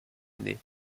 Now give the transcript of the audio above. années